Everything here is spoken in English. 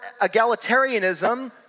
egalitarianism